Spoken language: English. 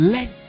Let